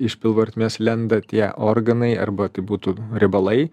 iš pilvo ertmės lenda tie organai arba tai būtų riebalai